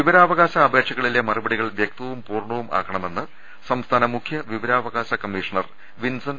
വിവരാവകാശ അപേക്ഷകളിലെ മറുപടികൾ വ്യക്തവും പൂർണവും ആക്കണമെന്ന് സംസ്ഥാന മുഖൃ വിവരാവകാശ കമ്മീ ഷണർ വിൻസൻ